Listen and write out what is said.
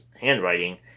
handwriting